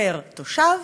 פר-תושב,